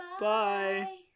Bye